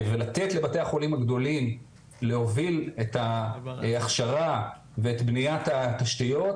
ולתת לבתי החולים הגדולים להוביל את ההכשרה ואת בניית התשתיות,